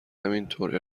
همینطور